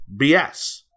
BS